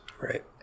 right